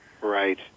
Right